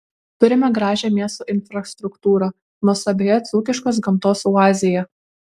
turime gražią miesto infrastruktūrą nuostabioje dzūkiškos gamtos oazėje